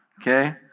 Okay